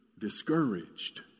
discouraged